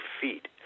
feet